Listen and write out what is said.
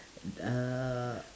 uhh